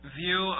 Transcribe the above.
view